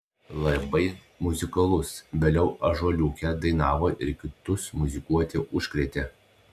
labai muzikalus vėliau ąžuoliuke dainavo ir kitus muzikuoti užkrėtė